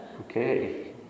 Okay